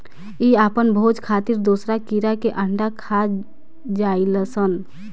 इ आपन भोजन खातिर दोसरा कीड़ा के अंडा खा जालऽ सन